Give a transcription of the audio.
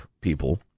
people